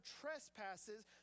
trespasses